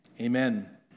amen